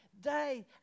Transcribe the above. day